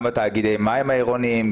גם תאגידי מים העירוניים?